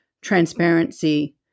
transparency